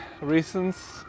reasons